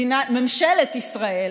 ממשלת ישראל